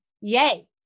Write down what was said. Yay